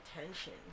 attention